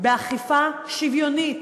אכיפה שוויונית,